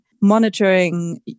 monitoring